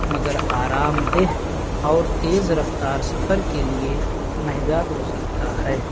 مگر آرام دہ اور تیز رفتار سفر کے لیے مہنگا ہو سکتا ہے